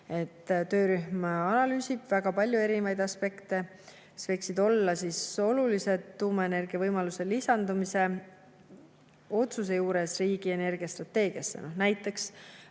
Töörühm analüüsib väga palju erinevaid aspekte, mis võiksid olla olulised tuumaenergia võimaluse lisandumise otsuse juures riigi energiastrateegiasse. Näiteks,